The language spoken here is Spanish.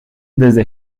desde